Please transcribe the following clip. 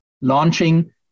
launching